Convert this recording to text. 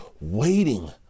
waiting